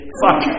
fuck